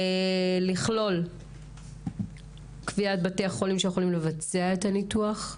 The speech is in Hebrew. לכלול קביעת בתי חולים שיכולים לבצע את הניתוח,